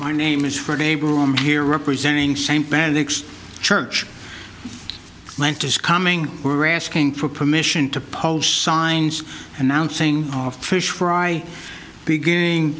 my name is fred abel i'm here representing same panix church planters coming we're asking for permission to post signs announcing fish fry beginning